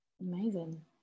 Amazing